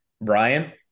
Brian